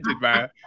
man